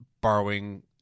borrowing